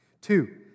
Two